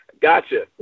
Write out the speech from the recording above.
gotcha